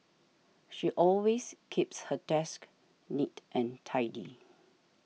she always keeps her desk neat and tidy